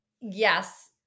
Yes